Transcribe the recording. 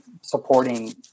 supporting